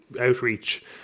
outreach